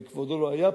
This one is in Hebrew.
הרי כבודו לא היה פה,